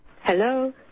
hello